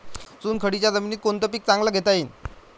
चुनखडीच्या जमीनीत कोनतं पीक चांगलं घेता येईन?